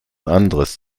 anderes